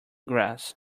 grass